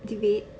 debate